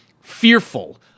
fearful